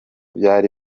byari